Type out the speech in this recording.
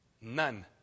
None